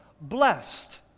blessed